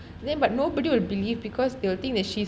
then but nobody will believe because they will think that